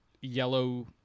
yellow